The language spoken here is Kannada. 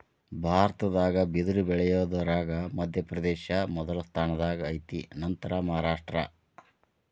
ಭಾರತದಾಗ ಬಿದರ ಬಳಿಯುದರಾಗ ಮಧ್ಯಪ್ರದೇಶ ಮೊದಲ ಸ್ಥಾನದಾಗ ಐತಿ ನಂತರಾ ಮಹಾರಾಷ್ಟ್ರ